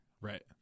Right